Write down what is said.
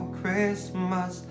christmas